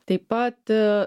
taip pat